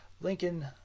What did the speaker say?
Lincoln